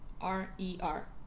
r-e-r